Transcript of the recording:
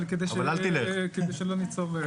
אבל כדי שלא ניצור,